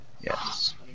Yes